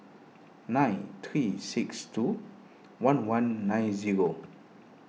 nine three six two one one nine zero